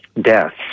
deaths